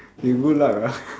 you good luck ah